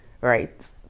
right